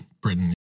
Britain